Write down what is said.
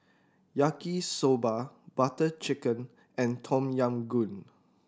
Yaki Soba Butter Chicken and Tom Yam Goong